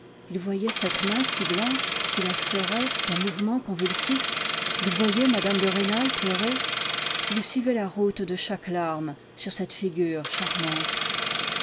il voyait cette main si blanche qui la serrait d'un mouvement convulsif il voyait mme de rênal pleurer il suivait la route de chaque larme sur cette figure charmante